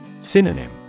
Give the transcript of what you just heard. Synonym